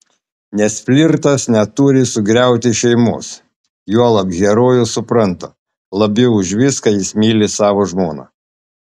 nes flirtas neturi sugriauti šeimos juolab herojus supranta labiau už viską jis myli savo žmoną